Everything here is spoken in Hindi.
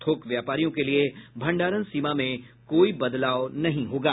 थोक व्यापारियों के लिए भंडारण सीमा में कोई बदलाव नहीं होगा